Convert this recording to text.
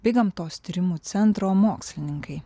bei gamtos tyrimų centro mokslininkai